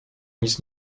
nic